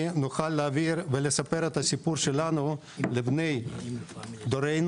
נוכל להעביר ולספר את הסיפור שלנו לבני דורנו,